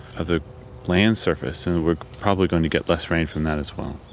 of the land surface, and we're probably going to get less rain from that as well.